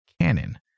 canon